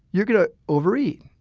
you're going to overeat.